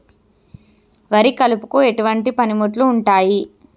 వరి కలుపుకు ఎటువంటి పనిముట్లు ఉంటాయి?